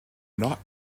not